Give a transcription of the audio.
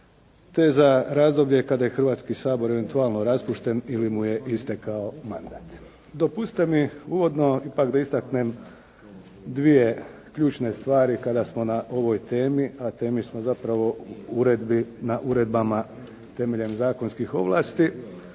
te za razdoblje kada je Hrvatski sabor eventualno raspušten ili mu je istekao mandat. Dopustite mi uvodno ipak da istaknem dvije ključne stvari kada smo na ovoj temi, a temi smo zapravo na uredbama temeljem zakonskih ovlasti.